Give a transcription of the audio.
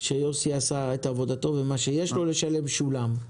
שיוסי עשה את עבודתו, ומה שיש לו לשלם שולם.